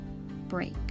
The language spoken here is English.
break